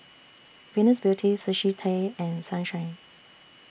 Venus Beauty Sushi Tei and Sunshine